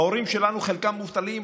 ההורים שלנו חלקם מובטלים,